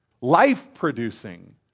life-producing